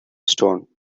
stone